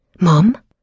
Mom